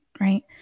right